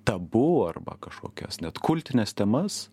tabu arba kažkokias net kultines temas